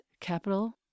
capital